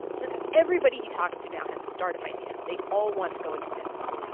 he says everybody he talks to now has a start-up idea. they all want to go into business.